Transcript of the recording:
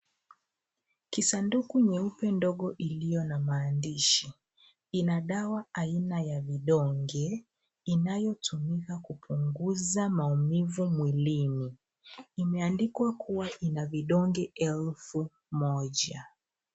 Kisanduku nyeupe ndogo iliyo na maandishi. Ina dawa aina ya vidonge, inayotumiwa kupunguza maumivu mwilini. Imeandikwa kuwa ina vidonge elfu moja.